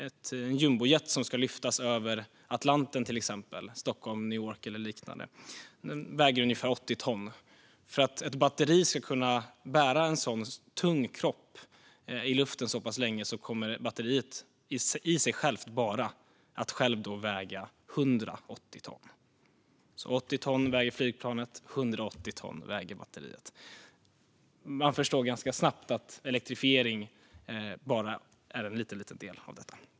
Exempelvis en jumbojet som ska flygas över Atlanten - Stockholm-New York eller liknande - väger ungefär 80 ton. För att ett batteri ska klara av en sådan tung kropp i luften så pass länge kommer själva batteriet att väga 180 ton. Flygplanet väger alltså 80 ton och batteriet 180 ton. Man förstår ganska snabbt att elektrifiering är bara en liten del av detta.